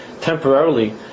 Temporarily